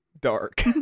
Dark